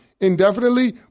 indefinitely